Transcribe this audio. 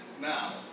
now